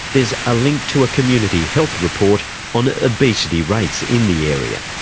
there's a link to a community health report on obesity rates in the area.